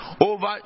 over